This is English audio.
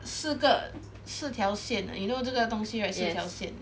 四个四条线 you know 这个东西 right 四条线